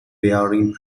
bearing